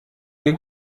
wir